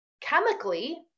chemically